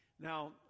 Now